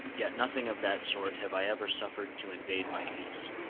yet nothing of that sort have i ever suffered to invade my peace.